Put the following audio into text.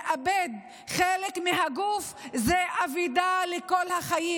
לאבד חלק מהגוף זה אבדה לכל החיים,